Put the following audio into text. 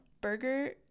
burger